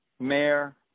Mayor